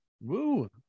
Woo